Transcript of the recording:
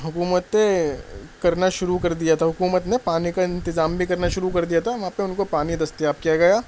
حکومتیں کرنا شروع کر دیا تھا حکومت نے پانی کا انتظام بھی کرنا شروع کر دیا تھا وہاں پہ ان کو پانی دستیاب کیا گیا